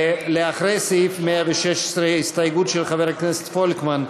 לאחרי סעיף 116 יש הסתייגות של חבר הכנסת פולקמן,